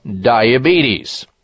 diabetes